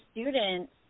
students